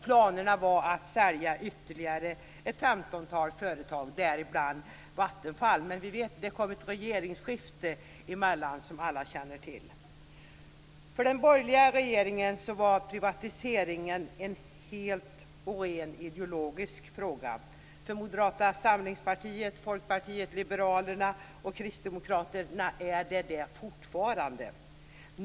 Planerna var att sälja ytterligare ett 15-tal företag - däribland Vattenfall. Men det kom ett regeringsskifte emellan, som alla känner till. För den borgerliga regeringen var privatiseringen en rent ideologisk fråga. För Moderata samlingspartiet, Folkpartiet liberalerna och Kristdemokraterna är det detta fortfarande.